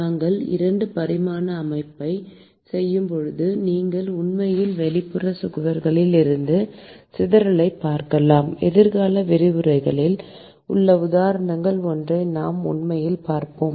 நாம் 2 பரிமாண அமைப்பைச் செய்யும்போது நீங்கள் உண்மையில் வெளிப்புற சுவர்களில் இருந்து சிதறலைப் பார்க்கலாம் எதிர்கால விரிவுரைகளில் உள்ள உதாரணங்களில் ஒன்றை நாம் உண்மையில் பார்ப்போம்